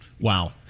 Wow